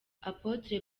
apotre